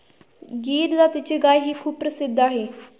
गीर जातीची गायही खूप प्रसिद्ध आहे